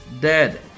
dead